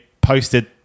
posted